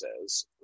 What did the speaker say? says